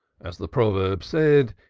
as the proverb says,